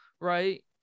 right